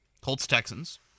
Colts-Texans